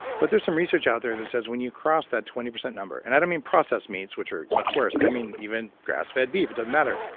but there's some research out there that says when you cross that twenty percent number. and i don't mean processed meats, which are much worse. i mean even grass-fed beef, it doesn't matter.